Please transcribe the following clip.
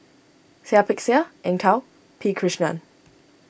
Seah Peck Seah Eng Tow P Krishnan